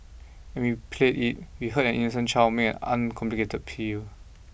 and we played it we heard an innocent child make an uncomplicated peal